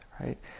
right